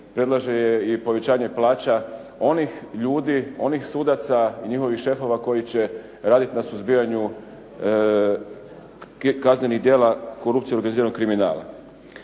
predlaže je i povećanje plaća onih ljudi, onih sudaca i njihovih šefova koji će raditi na suzbijanju kaznenih djela korupcije i organiziranog kriminala.